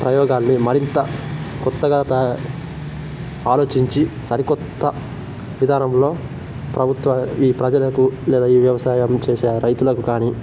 ప్రయోగాల్ని మరింత కొత్తగా కా ఆలోచించి సరికొత్త విధానంలో ప్రభుత్వ ఈ ప్రజలకు లేదా ఈ వ్యవసాయం చేసే రైతులకు కాని